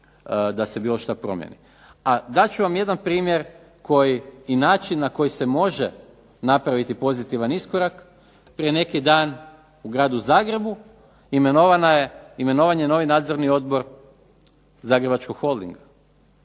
dat ću vam jedan primjer i način na koji se može napraviti pozitivan iskorak. Prije neki dan u gradu Zagrebu imenovan je novi Nadzorni odbor Zagrebačkog holdinga.